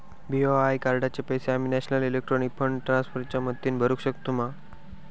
BOI कार्डाचे पैसे आम्ही नेशनल इलेक्ट्रॉनिक फंड ट्रान्स्फर च्या मदतीने भरुक शकतू मा?